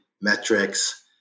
metrics